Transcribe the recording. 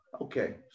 Okay